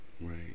right